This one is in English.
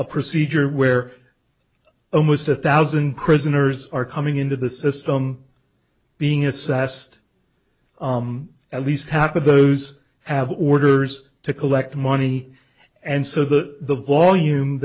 a procedure where oh most a thousand prisoners are coming into the system being assessed at least half of those have orders to collect money and so the volume